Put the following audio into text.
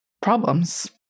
problems